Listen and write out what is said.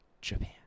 Japan